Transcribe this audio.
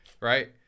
Right